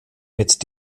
mit